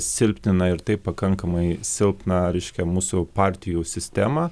silpnina ir taip pakankamai silpną reiškia mūsų partijų sistemą